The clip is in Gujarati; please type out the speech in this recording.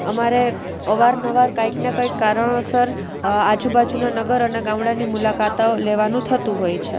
અમારે અવારનવાર કાંઈકને કાંઈક કારણોસર આજુબાજુના નગર અને ગામડાની મુલાકાતો લેવાનું થતું હોય છે